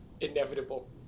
Inevitable